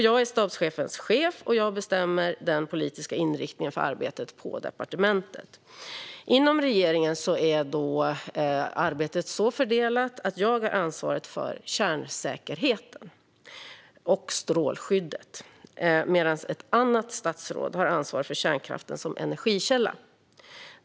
Jag är stabschefens chef, och jag bestämmer den politiska inriktningen för arbetet på departementet. Inom regeringen är arbetet så fördelat att jag har ansvaret för kärnsäkerheten och strålskyddet, medan ett annat statsråd har ansvar för kärnkraften som energikälla.